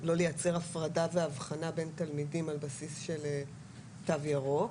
לייצר הפרדה ואבחנה בין תלמידים על בסיס של "תו ירוק",